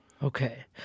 Okay